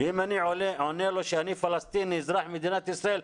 אם אני עונה לו שאני פלסטיני, אזרח מדינת ישראל.